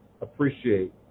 appreciate